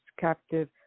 captive